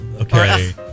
Okay